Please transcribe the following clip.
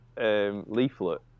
leaflet